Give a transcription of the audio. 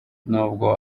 nubwo